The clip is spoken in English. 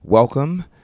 Welcome